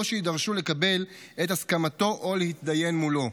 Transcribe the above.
שיידרשו לקבל את הסכמתו או להתדיין מולו.